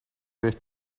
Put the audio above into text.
with